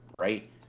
right